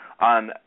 on